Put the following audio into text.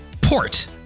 port